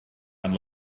and